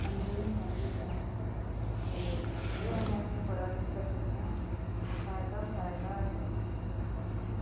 अंदर गै सारा किश ऐ ते अस बड़ा किश करी सकने आं फायदा फायदा असें